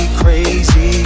crazy